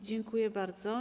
Dziękuję bardzo.